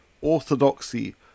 orthodoxy